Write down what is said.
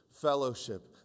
fellowship